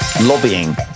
Lobbying